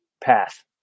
path